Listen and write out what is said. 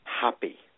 happy